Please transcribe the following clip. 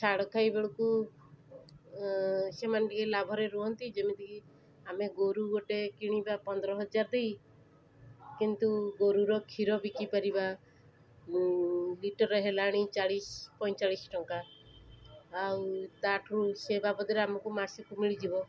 ଛାଡ଼ଖାଇ ବେଳୁକୁ ସେମାନେ ଟିକିଏ ଲାଭରେ ରୁହନ୍ତି ଯେମିତି କି ଆମେ ଗୋରୁ ଗୋଟେ କିଣିବା ପନ୍ଦର ହଜାର ଦେଇ କିନ୍ତୁ ଗୋରୁର କ୍ଷୀର ବିକିପାରିବା ଲିଟର୍ ହେଲାଣି ଚାଳିଶ ପଇଁଚାଳିଶ ଟଙ୍କା ଆଉ ତା'ଠୁ ସେ ବାବଦରେ ଆମକୁ ମାସକୁ ମିଳିଯିବ